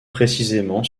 précisément